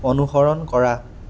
অনুসৰণ কৰা